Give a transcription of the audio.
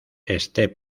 este